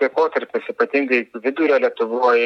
laikotarpis ypatingai vidurio lietuvoj